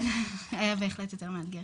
כן, היה בהחלט יותר מאתגר